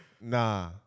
Nah